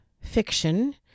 fiction